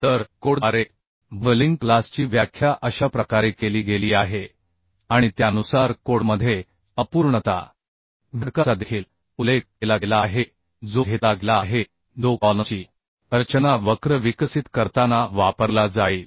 तर कोडद्वारेबकलिंग क्लासची व्याख्या अशा प्रकारे केली गेली आहे आणि त्यानुसार कोडमध्ये अपूर्णता घटकाचा देखील उल्लेख केला गेला आहे जो घेतला गेला आहे जो कॉलमची रचना वक्र विकसित करताना वापरला जाईल